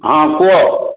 ହଁ କୁହ